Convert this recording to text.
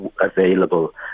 available